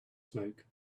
smoke